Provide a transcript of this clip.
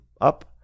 up